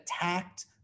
attacked